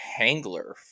hangler